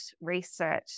research